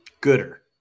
Gooder